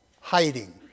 hiding